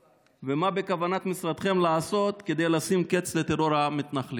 2. מה בכוונת משרדכם לעשות כדי לשים קץ לטרור המתנחלים?